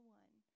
one